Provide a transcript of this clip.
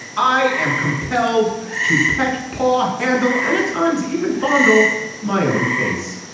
i am compelled to pet poor handle and at times even fondle my own face.